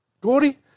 Gordy